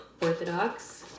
orthodox